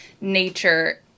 nature